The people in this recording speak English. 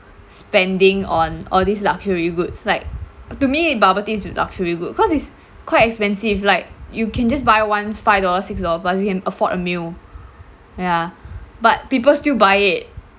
spending on all these luxury goods like to me bubble tea is luxury good cause it's quite expensive like you can just buy one five dollar six dollar plus you can afford a meal ya but people still buy it